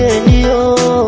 and you know